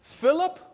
Philip